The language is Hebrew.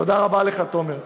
תודה רבה לך, תומר.